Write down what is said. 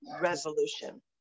resolution